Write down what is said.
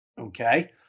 Okay